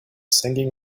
singing